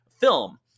film